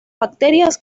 baterías